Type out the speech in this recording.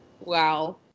Wow